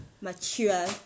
mature